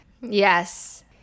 Yes